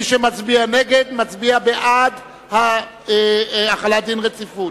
מי שמצביע נגד, מצביע בעד החלת דין רציפות.